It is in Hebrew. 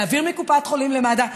להעביר מקופת חולים למד"א,